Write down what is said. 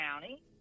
County